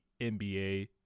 NBA